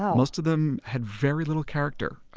um most of them had very little character.